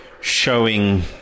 showing